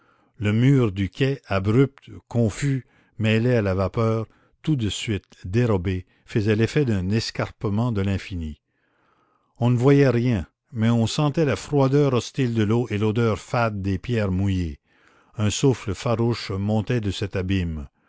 le mur du quai abrupt confus mêlé à la vapeur tout de suite dérobé faisait l'effet d'un escarpement de l'infini on ne voyait rien mais on sentait la froideur hostile de l'eau et l'odeur fade des pierres mouillées un souffle farouche montait de cet abîme